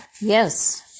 yes